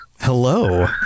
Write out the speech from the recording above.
Hello